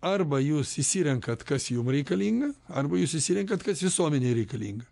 arba jūs išsirenkat kas jum reikalinga arba jūs išsirenkat kas visuomenei reikalinga